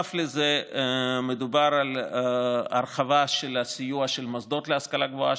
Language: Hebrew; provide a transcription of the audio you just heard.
בנוסף לזה מדובר על הרחבה של הסיוע של המוסדות להשכלה גבוהה,